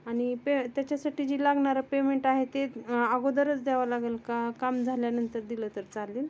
आणि पे त्याच्यासाठी जी लागणारं पेमेंट आहे ते अगोदरच द्यावं लागेल का काम झाल्यानंतर दिलं तर चालेल